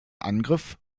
angriff